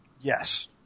Yes